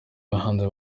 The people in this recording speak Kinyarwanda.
bahanzi